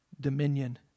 dominion